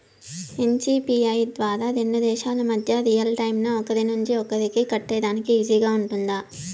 NCPI ద్వారా రెండు దేశాల మధ్య రియల్ టైము ఒకరి నుంచి ఒకరికి కట్టేదానికి ఈజీగా గా ఉంటుందా?